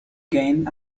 gain